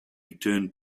return